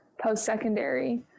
post-secondary